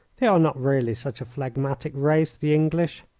they are not really such a phlegmatic race, the english.